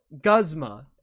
Guzma